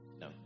No